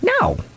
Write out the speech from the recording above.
No